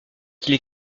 qu’il